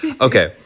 Okay